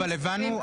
אבל הבנו,